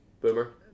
Boomer